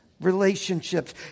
relationships